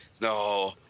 No